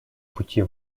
пути